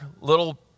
little